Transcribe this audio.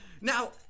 Now